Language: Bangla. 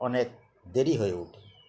অনেক দেরি হয়ে